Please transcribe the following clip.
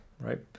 right